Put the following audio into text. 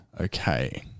Okay